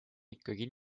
ikkagi